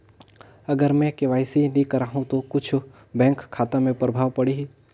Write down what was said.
अगर मे के.वाई.सी नी कराहू तो कुछ बैंक खाता मे प्रभाव पढ़ी?